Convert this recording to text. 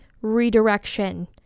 redirection